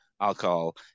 alcohol